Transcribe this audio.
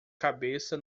cabeça